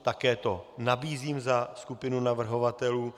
Také to nabízím za skupinu navrhovatelů.